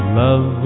love